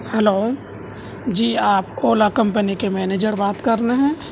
hello جی آپ Ola company کے مینیجر بات کر رہے ہیں